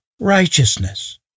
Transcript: righteousness